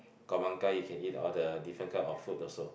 Khao-Man-Gai you can eat all the different kind of food also